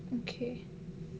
okay